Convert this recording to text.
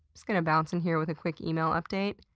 just gonna bounce in here with a quick email update.